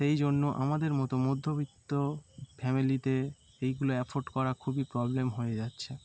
সেই জন্য আমাদের মতো মধ্যবিত্ত ফ্যামিলিতে এইগুলো আফোরড করা খুবই প্রবলেম হয়ে যাচ্ছে